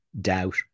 doubt